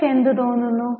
നിങ്ങൾക് എന്ത് തോന്നുന്നു